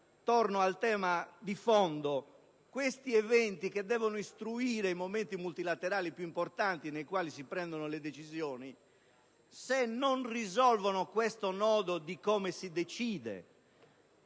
torno al tema di fondo: questi eventi che devono istruire i momenti multilaterali più importanti nei quali si prendono le decisioni, se non risolvono il nodo di come si decide